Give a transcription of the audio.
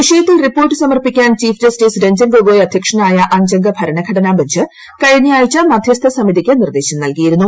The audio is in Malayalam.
വിഷയത്തിൽ റിപ്പോർട്ട് സമർപ്പിക്കാൻ ചീഫ് ജസ്റ്റിസ് രഞ്ജൻ ഗൊഗോയ് അദ്ധ്യക്ഷനായ അഞ്ചംഗ ഭരണഘടന ബഞ്ച് കഴിഞ്ഞയാഴ്ച മദ്ധ്യസ്ഥ സമിതിക്ക് നിർദ്ദേശം നൽകിയിരുന്നു